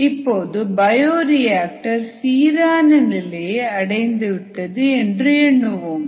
இப்போது bio reactor சீரான நிலையை அடைந்துவிட்டது என்று எண்ணுவோம்